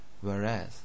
whereas